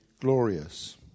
glorious